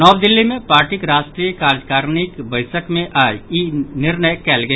नव दिल्ली मे पार्टीक राष्ट्रीय कार्यकारिणीक बैसक मे आइ ई निर्णय कयल गेल